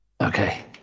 okay